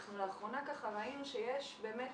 אנחנו לאחרונה ראינו שיש באמת